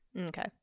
Okay